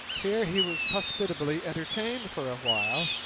here he was hospitably entertained for a while,